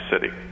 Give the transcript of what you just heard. City